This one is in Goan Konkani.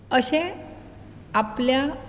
अशें आपल्या